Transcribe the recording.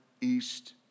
east